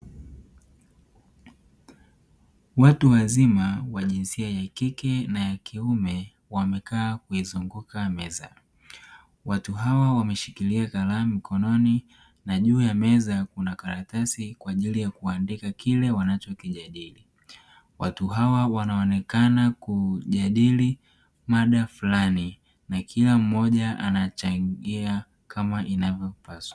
Watu wazima wa jinsia ya kike na ya kiume wamekaa kuizunguka meza. Watu hawa wameshikilia kalamu mkononi na juu ya meza kuna karatasi kwa ajili ya kuandika kile wanachokijadili. Watu hawa wanaonekana kujadili mada fulani na kila mmoja anachangia kama inavyopaswa.